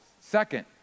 Second